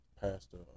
Pastor